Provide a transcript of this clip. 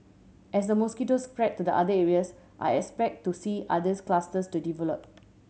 as the mosquitoes spread to the other areas I expect to see others clusters to develop